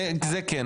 זה כן,